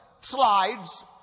slides